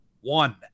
One